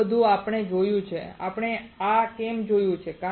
આટલું બધું આપણે જોયું છે આપણે આ કેમ જોયું છે